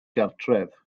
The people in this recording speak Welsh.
gartref